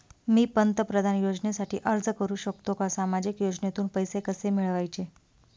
मी पंतप्रधान योजनेसाठी अर्ज करु शकतो का? सामाजिक योजनेतून पैसे कसे मिळवायचे